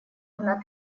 одна